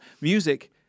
Music